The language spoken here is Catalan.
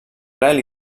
rel